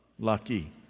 lucky